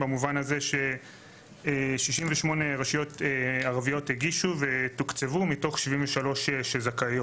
במובן הזה ש-68 רשויות ערביות הגישו ותוקצבו מתוך 73 שזכאיות.